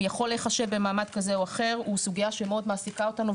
מי יכול להיחשב במעמד כזה או אחר הוא סוגיה שמאוד מעסיקה אותנו,